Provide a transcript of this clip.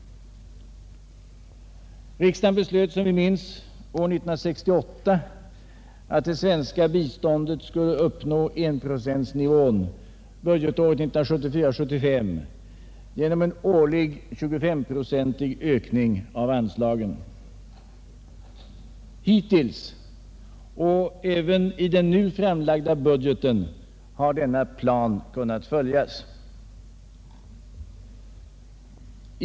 Som vi minns beslöt riksdagen 1968 att det svenska biståndet skulle uppnå 1-procentsnivän budgetåret 1974/75 genom en årlig 25-procentig ökning av anslagen. Hittills och även i den nu framlagda budgeten har denna plan kunnat följas.